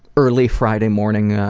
early friday morning